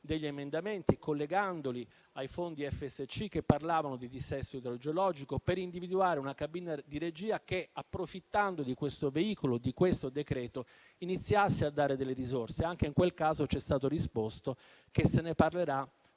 degli emendamenti, collegandoli ai fondi FSC, che parlavano di dissesto idrogeologico, per individuare una cabina di regia che, approfittando del veicolo di questo decreto, iniziasse a dare delle risorse. Anche in quel caso ci è stato risposto che se ne parlerà